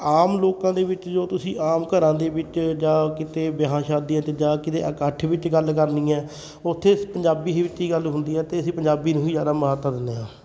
ਆਮ ਲੋਕਾਂ ਦੇ ਵਿੱਚ ਜੋ ਤੁਸੀਂ ਆਮ ਘਰਾਂ ਦੇ ਵਿੱਚ ਜਾਂ ਕਿਤੇ ਵਿਆਹਾਂ ਸ਼ਾਦੀਆਂ 'ਤੇ ਜਾਂ ਕਿਤੇ ਇਕੱਠ ਵਿੱਚ ਗੱਲ ਕਰਨੀ ਆ ਉੱਥੇ ਪੰਜਾਬੀ ਹੀ ਵਿੱਚ ਹੀ ਗੱਲ ਹੁੰਦੀ ਆ ਅਤੇ ਅਸੀਂ ਪੰਜਾਬੀ ਨੂੰ ਹੀ ਜ਼ਿਆਦਾ ਮਾਨਤਾ ਦਿੰਦੇ ਹਾਂ